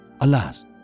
Alas